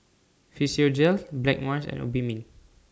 Physiogel Blackmores and Obimin